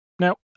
Now